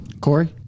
Corey